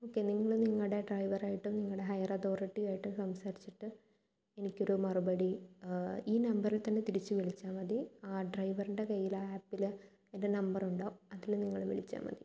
okay നിങ്ങള് നിങ്ങളുടെ ഡ്രൈവറായിട്ട് നിങ്ങളുടെ ഹയർ അതോറിറ്റിയുമായിട്ട് സംസാരിച്ചിട്ട് എനിക്കൊരു മറുപടി ഈ നമ്പറിൽ തന്നെ തിരിച്ചു വിളിച്ചാൽ മതി ആ ഡ്രൈവറിൻ്റെ കൈയിൽ ആ ആപ്പില് എൻ്റെ നമ്പർ ഉണ്ടാവും അതില് നിങ്ങള് വിളിച്ചാൽ മതി